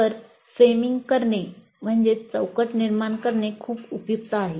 तर चौकट निर्माण करणे खूप उपयुक्त आहे